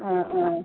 ആ ആ